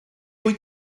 wyt